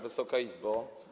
Wysoka Izbo!